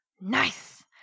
Nice